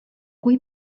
cui